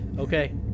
Okay